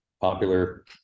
popular